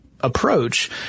approach